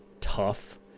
tough